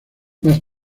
más